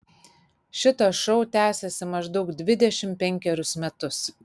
šitas šou tęsiasi maždaug dvidešimt penkerius metus